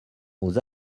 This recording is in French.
aux